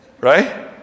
Right